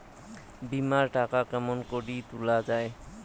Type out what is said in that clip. বিমা এর টাকা কেমন করি তুলা য়ায়?